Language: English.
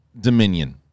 Dominion